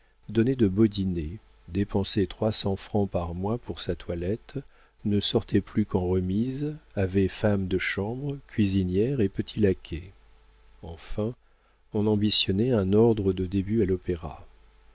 donnait de beaux dîners dépensait trois cents francs par mois pour sa toilette ne sortait plus qu'en remise avait femme de chambre cuisinière et petit laquais enfin on ambitionnait un ordre de début à l'opéra